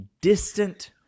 distant